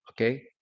Okay